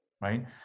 Right